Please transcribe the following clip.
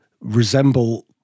resemble